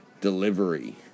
Delivery